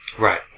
Right